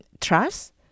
trust